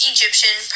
Egyptian